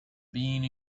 being